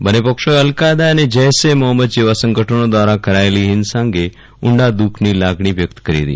બંને પક્ષોએ al Qaeda અને જૈશ એ મહંમદ જેવા સંગઠનો દ્વારા કરાયેલી હિંસા અંગે ઉંડા દુઃખદની લાગણી વ્યક્ત કરી હતી